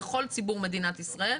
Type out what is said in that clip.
לכל ציבור מדינת ישראל,